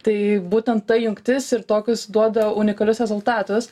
tai būtent ta jungtis ir tokius duoda unikalius rezultatus